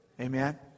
Amen